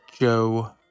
Joe